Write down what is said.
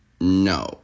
No